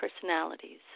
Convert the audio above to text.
personalities